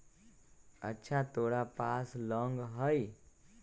अच्छा तोरा पास लौंग हई?